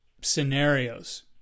scenarios